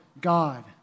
God